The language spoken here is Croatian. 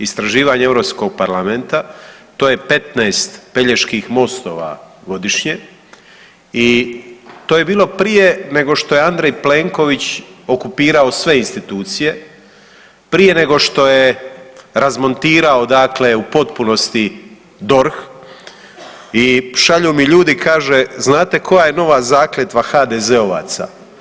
Istraživanje Europskog parlamenta to je 15 Peljeških mostova godišnje i to je bilo prije nego što je Andrej Plenković okupirao sve institucije prije nego što je razmontirao dakle u potpunosti DORH i šalju mi ljudi, kaže znate koja je nova zakletva HDZ-ovaca?